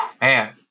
Man